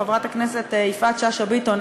חברת הכנסת יפעת שאשא ביטון,